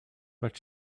but